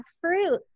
fruits